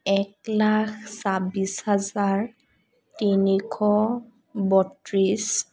এক লাখ ছাব্বিচ হাজাৰ তিনিশ বত্ৰিছ